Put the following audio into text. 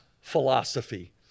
philosophy